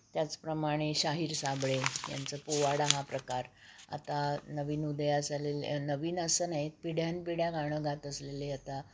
त्याचप्रमाणे शाहीर साबळे यांचं पोवाडा हा प्रकार आता नवीन उदयास आलेले नवीन असं नाहीत पिढ्यान पिढ्या गाणं गात असलेले आता